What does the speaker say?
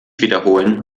wiederholen